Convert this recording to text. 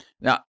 Now